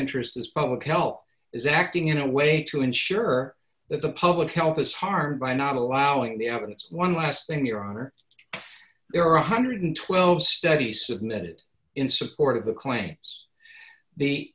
interest is public health is acting in a way to ensure that the public health is harmed by not allowing the evidence one less than your honor there are one hundred and twelve dollars study submitted in support of the claims the